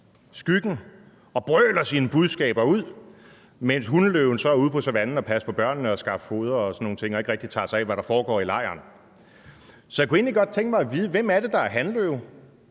skyggen og brøler sine budskaber ud, mens hunløven er ude på savannen, hvor hun passer på børnene, skaffer føde og sådan nogle ting og ikke rigtig tager sig af, hvad der foregår i lejren. Så jeg kunne egentlig godt tænke mig at vide: Hvem er det, der er hanløven?